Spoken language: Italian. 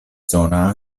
zona